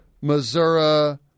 Missouri